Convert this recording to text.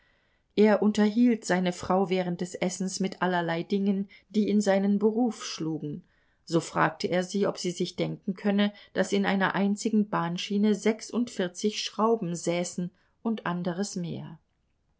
er unterhielt seine frau während des essens mit allerlei dingen die in seinen beruf schlugen so fragte er sie ob sie sich denken könne daß in einer einzigen bahnschiene sechsundvierzig schrauben säßen und anderes mehr